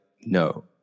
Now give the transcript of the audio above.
no